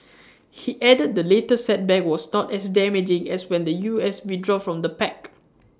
he added the latest setback was not as damaging as when the U S withdrew from the pact